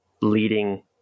leading